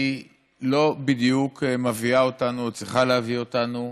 היא לא בדיוק מביאה אותנו, או צריכה להביא אותנו,